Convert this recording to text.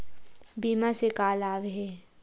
बीमा से का लाभ हे?